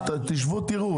תשבו ותראו.